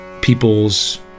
people's